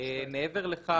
מעבר לכך,